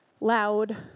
loud